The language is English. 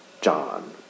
John